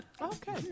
Okay